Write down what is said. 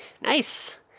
nice